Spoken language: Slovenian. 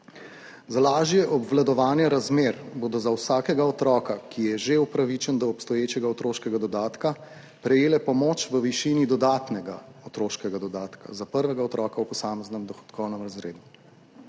Za lažje obvladovanje razmer bodo za vsakega otroka, ki je že upravičen do obstoječega otroškega dodatka, prejele pomoč v višini dodatnega otroškega dodatka za prvega otroka v posameznem dohodkovnem razredu.